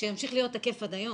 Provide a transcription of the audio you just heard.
שימשיך להיות תקף גם היום.